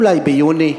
אולי ביוני,